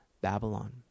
Babylon